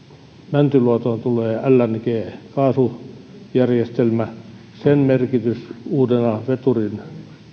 mäntyluotoon tulee lng kaasujärjestelmä sen merkitys uutena veturin